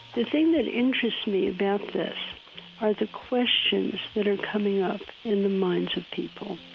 the thing that interests me about this are the questions that are coming up in the minds of people.